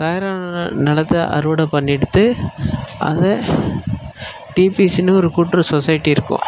தயாரான நிலத்த அறுவடை பண்ணி எடுத்து அதை டீபிசினு ஒரு கூட்டுறவு சொசைட்டி இருக்கும்